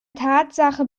tatsache